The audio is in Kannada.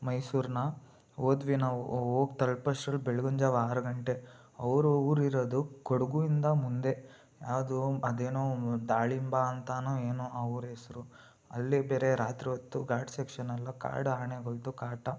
ಮೈಸೂರನ್ನ ಹೋದ್ವಿ ನಾವು ಹೋಗಿ ತಲುಪೊಷ್ಟರಲ್ಲಿ ಬೆಳಗಿನ ಜಾವ ಆರು ಗಂಟೆ ಅವ್ರ ಊರು ಇರೋದು ಕೊಡಗು ಇಂದ ಮುಂದೆ ಯಾವುದು ಅದೇನೋ ದಾಳಿಂಬ ಅಂತಲೊ ಏನೋ ಆ ಊರ ಹೆಸ್ರು ಅಲ್ಲಿಗೆ ಬೇರೆ ರಾತ್ರಿ ಹೊತ್ತು ಘಾಟ್ ಸೆಕ್ಷನ್ ಅಲ್ಲ ಕಾಡಾನೆಗಳದ್ದು ಕಾಟ